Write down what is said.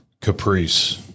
caprice